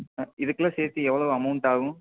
இதுக்கெலாம் சேர்த்து எவ்வளோ அமௌண்ட் ஆகும்